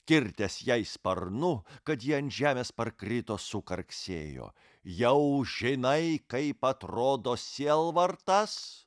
kirtęs jai sparnu kad ji ant žemės parkrito sukarksėjo jau žinai kaip atrodo sielvartas